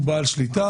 הוא בעל שליטה.